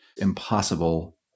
impossible